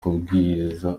kubwiriza